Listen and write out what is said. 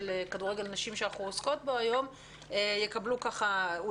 כדורגל נשים יקבלו גישה לזה ויגישו הערות,